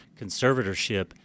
conservatorship